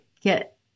get